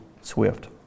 swift